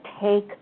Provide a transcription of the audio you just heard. take